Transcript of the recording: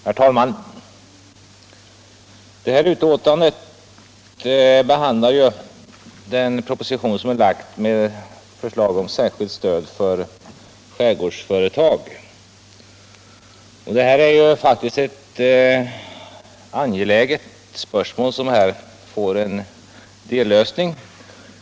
Herr talman! Detta betänkande behandlar den proposition som lagts fram med förslag om särskilt stöd till skärgårdsföretag. Det är faktiskt ett angeläget spörsmål som här får en dellösning.